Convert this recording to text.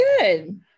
good